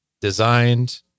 designed